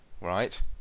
right